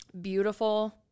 beautiful